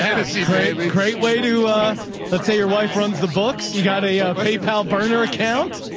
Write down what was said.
fantasy craving. great way to let's say your wife runs the books. you got a paypal burner account.